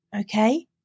Okay